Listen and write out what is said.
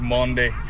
Monday